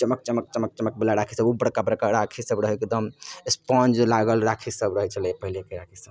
चमक चमक चमकवला राखीसब ओ बड़का बड़का राखी सब रहै एकदम स्पन्ज लागल राखीसब रहै छलै पहिलेके राखीसब